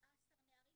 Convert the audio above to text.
17 נערים.